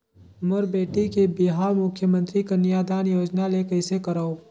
मोर बेटी के बिहाव मुख्यमंतरी कन्यादान योजना ले कइसे करव?